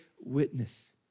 witness